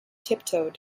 tiptoed